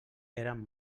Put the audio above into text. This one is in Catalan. eren